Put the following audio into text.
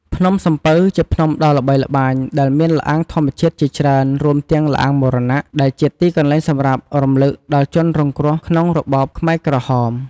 ភ្នំសំពៅ ជាភ្នំដ៏ល្បីល្បាញដែលមានល្អាងធម្មជាតិជាច្រើន រួមទាំង ល្អាងមរណៈ ដែលជាទីកន្លែងសម្រាប់រំលឹកដល់ជនរងគ្រោះក្នុងរបបខ្មែរក្រហម។